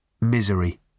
Misery